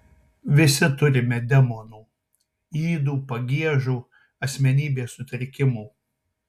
visi turime demonų ydų pagiežų asmenybės sutrikimų